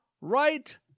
Right